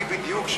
אני בדיוק,